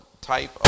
type